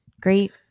Great